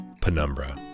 Penumbra